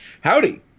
howdy